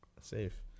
safe